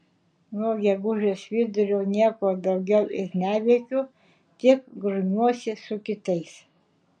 nuo gegužės vidurio nieko daugiau ir neveikiu tik grumiuosi su kitais